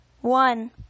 one